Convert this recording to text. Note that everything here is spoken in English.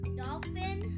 dolphin